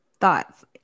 Thoughts